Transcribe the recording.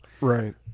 Right